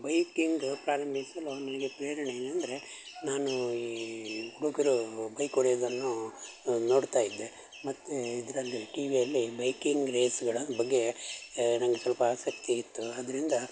biking ಪ್ರಾರಂಭಿಸಲು ನನಗೆ ಪ್ರೇರಣೆ ಏನಂದರೆ ನಾನು ಈ ಹುಡುಗರು ಬೈಕ್ ಹೊಡ್ಯುದನ್ನು ನೋಡ್ತಾ ಇದ್ದೆ ಮತ್ತು ಇದರಲ್ಲಿ ಟಿವಿಯಲ್ಲಿ ಬೈಕಿಂಗ್ ರೇಸ್ಗಳ ಬಗ್ಗೆ ನಂಗೆ ಸ್ವಲ್ಪ ಆಸಕ್ತಿ ಇತ್ತು ಆದ್ದರಿಂದ